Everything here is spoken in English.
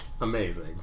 Amazing